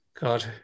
God